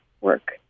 work